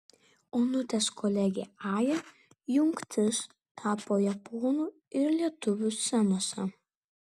onutės kolegė aja jungtis tarp japonų ir lietuvių scenoje